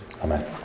Amen